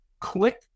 click